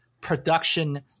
production